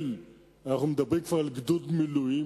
ואנחנו מדברים כבר על גדוד מילואים,